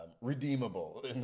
Redeemable